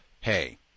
Hey